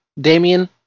Damien